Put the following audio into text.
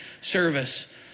service